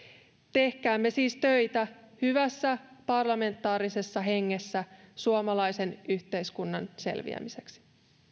tehkäämme siis töitä hyvässä parlamentaarisessa hengessä suomalaisen yhteiskunnan selviämiseksi